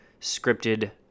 scripted